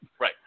Right